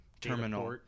terminal –